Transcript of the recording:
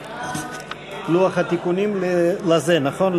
לוח התיקונים הוא לזה, נכון?